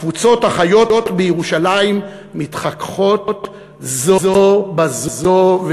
הקבוצות החיות בירושלים מתחככות זו בזו,